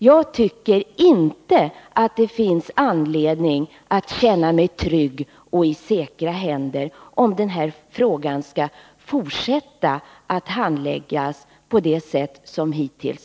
Jag tycker inte att jag kan känna mig trygg och i säkra händer, om den här frågan även i fortsättningen handläggs på det sätt som hittills.